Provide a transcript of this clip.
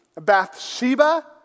Bathsheba